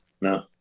no